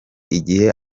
igihe